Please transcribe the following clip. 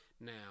now